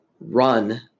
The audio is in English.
run